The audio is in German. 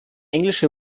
englische